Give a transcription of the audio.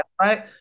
right